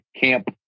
Camp